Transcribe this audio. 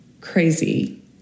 crazy